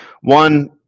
One